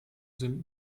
sind